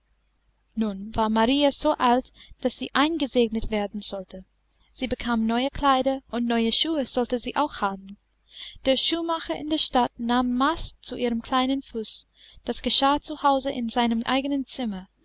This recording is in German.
nun war marie so alt daß sie eingesegnet werden sollte sie bekam neue kleider und neue schuhe sollte sie auch haben der schuhmacher in der stadt nahm maß zu ihrem kleinen fuß das geschah zu hause in seinem eigenen zimmer